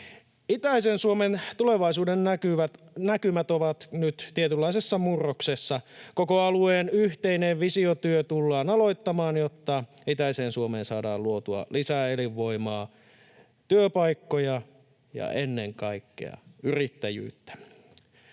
Itäisen Suomen tulevaisuudennäkymät ovat nyt tietynlaisessa murroksessa. Koko alueen yhteinen visiotyö tullaan aloittamaan, jotta itäiseen Suomeen saadaan luotua lisää elinvoimaa, työpaikkoja ja ennen kaikkea yrittäjyyttä.